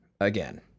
again